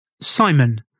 Simon